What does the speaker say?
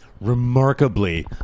remarkably